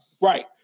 right